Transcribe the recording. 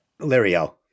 lirio